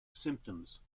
symptoms